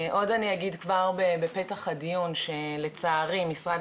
עוד אני אגיד כבר בפתח הדיון שלצערי משרד